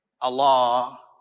Allah